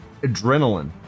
adrenaline